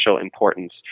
importance